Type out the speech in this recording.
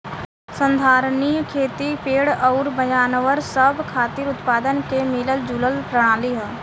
संधारनीय खेती पेड़ अउर जानवर सब खातिर उत्पादन के मिलल जुलल प्रणाली ह